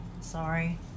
Sorry